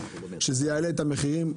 שזה יעלה את המחירים.